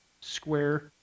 square